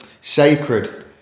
sacred